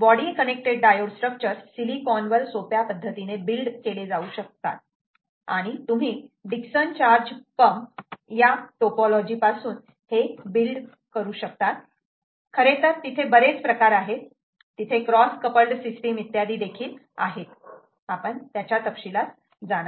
body connected diode structure silicon वर सोप्या पद्धतीने बिल्ड केले जाऊ शकता आणि तुम्ही दिक्सन चार्ज पंप या टोपोलॉजी पासून बिल्ड करू शकतात खरे तर तिथे बरेच प्रकार आहे तिथे क्रॉस कपल्ड सिस्टिम इत्यादी आहेत आपण त्याच्या तपशीलात जाणार नाही